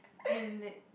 and